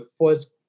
first